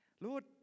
Lord